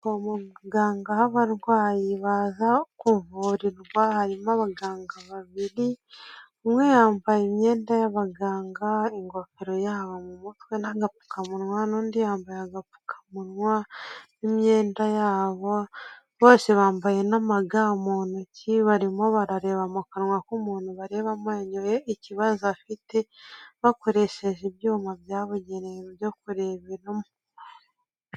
Abaganga b'abarwayi baza kuvurirwa harimo abaganga babiri umwe yambaye imyenda y'abaganga, ingofero yabo, mu mutwe n'agapfukamunwa, n'undi yambaye agapfukamunwa n'imyenda yabo bose, bambaye n'amaga mu ntoki barimo barareba mu kanwa k'umuntu bareba amenyo ye ikibazo afite bakoresheje ibyuma byabugeneye byo kureba.